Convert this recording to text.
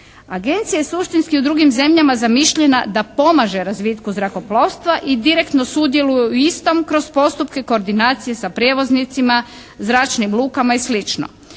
Agencija je suštinski u drugim zemljama zamišljena da pomaže razvitku zrakoplovstva i direktno sudjeluju u istom kroz postupke koordinacije sa prijevoznicima, zračnim lukama i